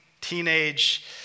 teenage